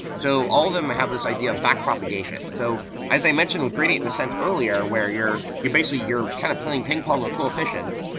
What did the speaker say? so all of them have this idea of back propagation so as i mentioned with gradient descent earlier, where you're you're basically you're kind of playing ping pong with coefficients,